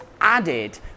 added